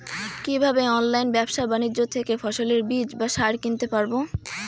কীভাবে অনলাইন ব্যাবসা বাণিজ্য থেকে ফসলের বীজ বা সার কিনতে পারবো?